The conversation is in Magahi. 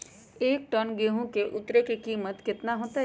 एक टन गेंहू के उतरे के कीमत कितना होतई?